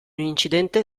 incidente